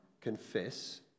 confess